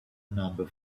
number